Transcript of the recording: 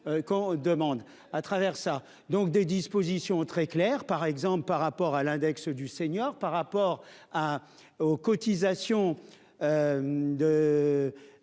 on demande à travers ça, donc des dispositions très claires, par exemple par rapport à l'index du senior par rapport à aux cotisations. De.